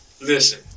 listen